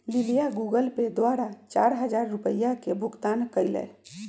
लिलीया Google Pay द्वारा चार हजार रुपिया के भुगतान कई लय